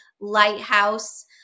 lighthouse